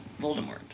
voldemort